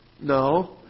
No